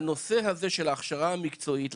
הנושא הזה של ההכשרה המקצועית,